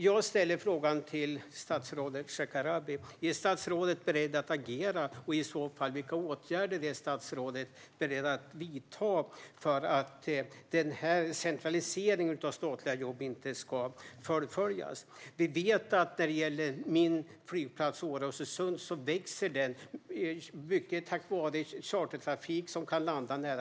Jag ställer frågan till statsrådet Shekarabi: Är statsrådet beredd att agera, och vilka åtgärder är statsrådet i så fall beredd att vidta för att denna centralisering av statliga jobb inte ska fullföljas? Vi vet att Åre Östersund Airport, som är min flygplats, växer, och det är mycket tack vare att chartertrafik kan landa där.